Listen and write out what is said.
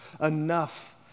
enough